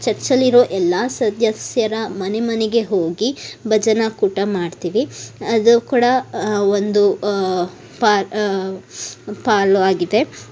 ಚರ್ಚಲ್ಲಿರೋ ಎಲ್ಲ ಸದಸ್ಯರ ಮನೆ ಮನೆಗೆ ಹೋಗಿ ಭಜನಾ ಕೂಟ ಮಾಡ್ತೀವಿ ಅದು ಕೂಡ ಒಂದು ಪಾಲು ಪಾಲು ಆಗಿದೆ